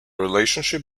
relationship